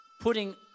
putting